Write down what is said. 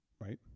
Right